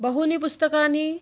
बहूनि पुस्तकानि